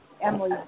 Emily